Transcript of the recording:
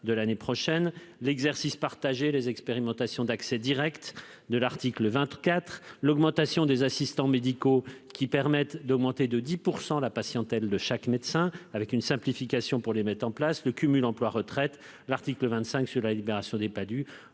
de l'année prochaine ; l'exercice partagé ; les expérimentations d'accès direct de l'article 24 ; l'accroissement du nombre d'assistants médicaux, qui permettent d'augmenter de 10 % la patientèle de chaque médecin, et la simplification de leur mise en place ; le cumul emploi-retraite ; et l'article 25, sur la « libération » des